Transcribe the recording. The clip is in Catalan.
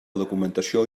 documentació